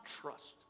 trust